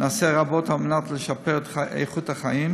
נעשה רבות על מנת לשפר את איכות החיים